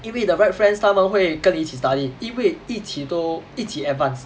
因为 the right friends 他们会跟你一起 study 因为一起都一起 advance